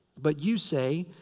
but you say,